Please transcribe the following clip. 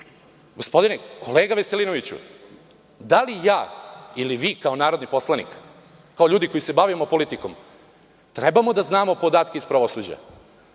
Gospodine, kolega Veselinoviću, da li ja ili vi kao narodni poslanik, kao ljudi koji se bavimo politikom, treba da znamo podatke iz pravosuđa?